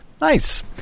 Nice